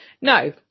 No